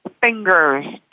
fingers